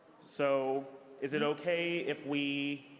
so is it okay if we